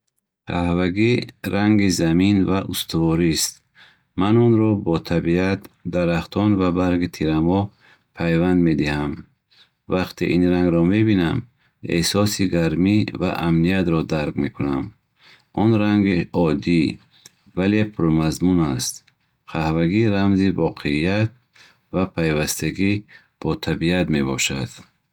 Қаҳвагӣ ранги замин ва устуворист. Ман онро бо табиат, дарахтон ва барги тирамоҳ пайванд медиҳам. Вақте ин рангро мебинам, эҳсоси гармӣ ва амниятро дарк мекунам. Он ранги оддӣ, вале пурмазмун аст. Қаҳвагӣ рамзи воқеият ва пайвастагӣ бо табиат мебошад